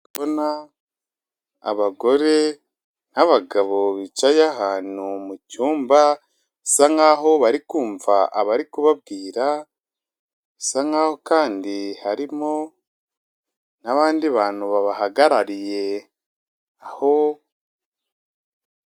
Kubona abagore n'abagabo bicaye ahantu mu icyumba bisa nkaho bari kumva abari kubabwira bisa nkaho kandi harimo n'abandi bantu ba bahagarariye aho.